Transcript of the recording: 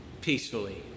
peacefully